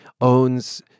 owns